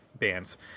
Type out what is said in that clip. bands